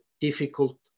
difficult